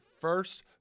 first